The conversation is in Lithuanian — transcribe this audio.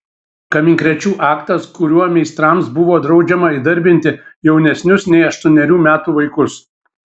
kaminkrėčių aktas kuriuo meistrams buvo draudžiama įdarbinti jaunesnius nei aštuonerių metų vaikus